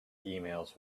emails